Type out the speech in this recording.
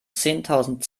zehntausend